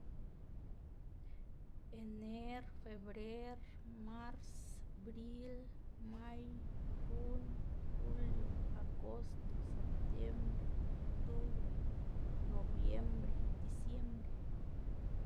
ener, febrer, mars, bril, may, jun, julio, agosto, septiembre, octubre, noviembre, diciembre.